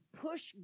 push